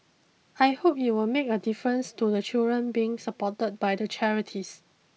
I hope it will make a difference to the children being supported by the charities